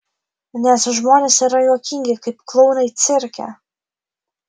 nes žmonės yra juokingi kaip klounai cirke